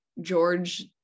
George